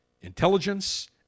intelligence